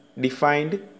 defined